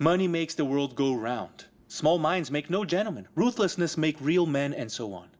money makes the world go round small minds make no gentleman ruthlessness make real men and so on